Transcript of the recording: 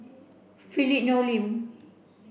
Philip Hoalim